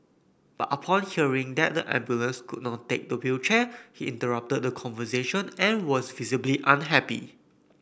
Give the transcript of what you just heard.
but upon hearing that the ambulance could not take the wheelchair he interrupted the conversation and was visibly unhappy